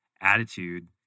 attitude